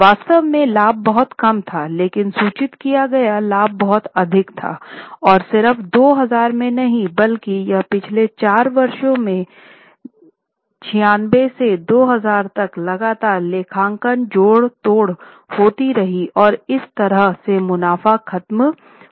वास्तविक में लाभ बहुत कम था लेकिन सूचित किया गया लाभ बहुत अधिक था और यह सिर्फ 2000 में नहीं बल्कि यह पिछले चार वर्षों में 96 से 2000 तक लगातार लेखांकन जोड़तोड़ होती रही और इस तरह से मुनाफा खत्म होता गया